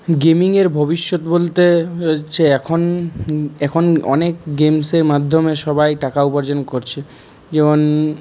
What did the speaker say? গেমিংয়ের ভবিষ্যৎ বলতে হচ্ছে এখন এখন অনেক গেমসের মাধ্যমে সবাই টাকা উপার্জন করছে যেমন